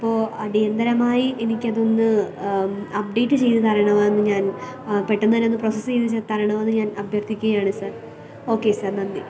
അപ്പോൾ അടിയന്തരമായി എനിക്കതൊന്ന് അപ്ഡേറ്റ് ചെയ്ത് തരണമെന്ന് ഞാൻ പെട്ടെന്നുതന്നെ പ്രോസസ്സ് ചെയ്ത് തരണമെന്ന് ഞാൻ അഭ്യർത്ഥിക്കുകയാണ് സാർ ഓക്കെ സാർ നന്ദി